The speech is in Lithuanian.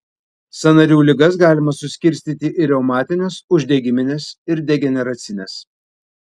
sąnarių ligas galima suskirstyti į reumatines uždegimines ir degeneracines